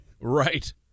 Right